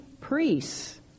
priests